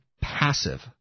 passive